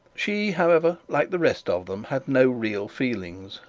she, however, like the rest of them, had no real feelings,